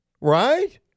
Right